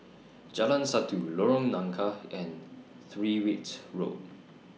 Jalan Satu Lorong Nangka and Tyrwhitt Road